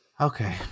Okay